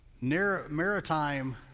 maritime